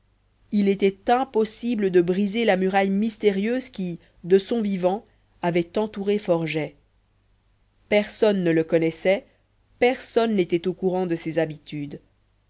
il était impossible de briser la muraille mystérieuse qui de son vivant avait entouré forget personne ne le connaissait personne n'était au courant de ses habitudes